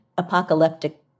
apocalyptic